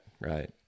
right